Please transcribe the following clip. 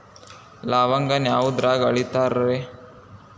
ಲವಂಗಾನ ಯಾವುದ್ರಾಗ ಅಳಿತಾರ್ ರೇ?